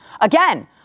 Again